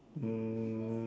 um